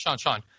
Sean